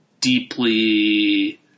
deeply